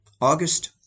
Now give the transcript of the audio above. august